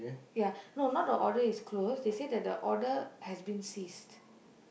ya no not the order is closed they said that the order has been ceased